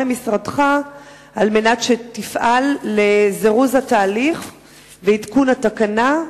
למשרדך על מנת שתפעל לזירוז התהליך ועדכון התקנה,